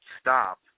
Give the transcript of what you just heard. stop